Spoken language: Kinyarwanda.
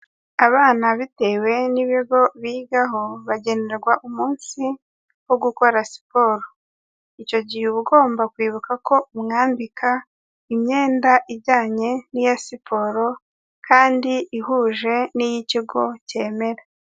Abana bitewe n'ibigo bigaho bagenerwa umunsi wo gukora siporo, icyo gihe uba ugomba kwibuka ko umwambika imyenda ijyanye n'iya siporo kandi ihuje n'iy'ikigo cyemera.